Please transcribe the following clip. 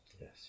Yes